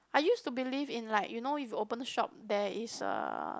I used to believe in like you know if you open a shop there is uh